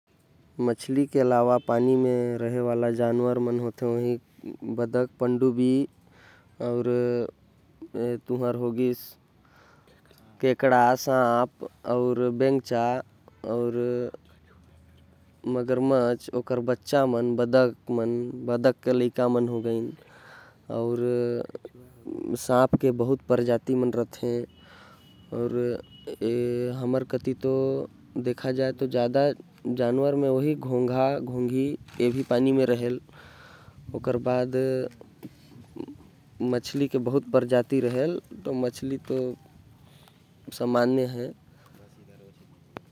मछली के अलावा बतख, केकड़ा, सांप अउ। मगरमच्छ पानी म रहथे। अउ भी कुछ अलग अलग प्रजाति होथे जो पानी म रहथे।